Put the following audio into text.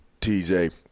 TJ –